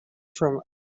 from